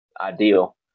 ideal